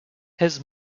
his